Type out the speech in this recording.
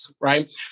right